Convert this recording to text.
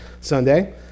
Sunday